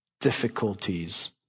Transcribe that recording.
difficulties